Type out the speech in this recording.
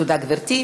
תודה, גברתי.